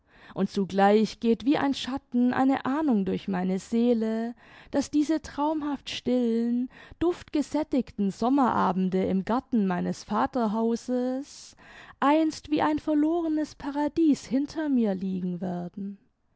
imd zugleich geht wie ein schatten eine ahnung durch meine seele daß diese traumhaft stillen duftgesättigten sommerabende im garten meines vaterhauses einst wie ein verlorenes paradies hinter mir liegen werden